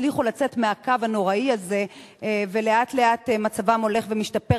הצליחו לצאת מהקו הנוראי הזה ולאט-לאט מצבם הולך ומשתפר.